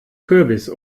kürbis